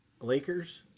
Lakers